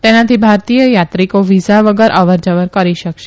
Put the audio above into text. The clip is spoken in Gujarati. તેનાથી ભારતીય યાત્રીકો વીઝા વગર અવર જવર કરી શકશે